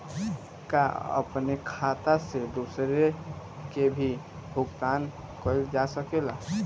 का अपने खाता से दूसरे के भी भुगतान कइल जा सके ला?